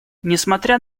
несмотря